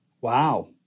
Wow